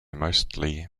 mostly